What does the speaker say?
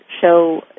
show